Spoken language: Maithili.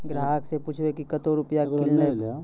ग्राहक से पूछब की कतो रुपिया किकलेब?